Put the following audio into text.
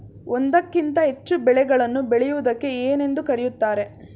ಒಂದಕ್ಕಿಂತ ಹೆಚ್ಚು ಬೆಳೆಗಳನ್ನು ಬೆಳೆಯುವುದಕ್ಕೆ ಏನೆಂದು ಕರೆಯುತ್ತಾರೆ?